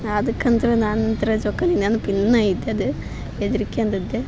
ನಾ ಅದಕ್ಕಂತ್ರೆ ನನ್ನ ಹತ್ರ ಜೋಕಾಲಿ ನೆನಪು ಇನ್ನ ಐತೆ ಅದು ಹೆದ್ರಿಕ್ಯಂದದ್ದ